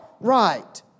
Right